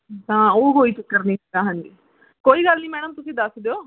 ਤਾਂ ਉਹ ਕੋਈ ਚੱਕਰ ਨਹੀਂ ਹੈਗਾ ਹਾਂਜੀ ਕੋਈ ਗੱਲ ਨਹੀਂ ਮੈਡਮ ਤੁਸੀਂ ਦੱਸ ਦਿਓ